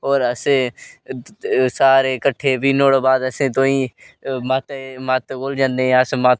और अस सारे इक्टठे बी नुआढ़े बाद असेंगी माता कोल जन्ने अस माता